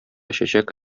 чәчәк